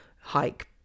hike